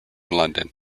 london